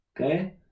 okay